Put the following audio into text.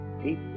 eight